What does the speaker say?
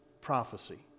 prophecy